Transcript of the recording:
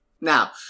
Now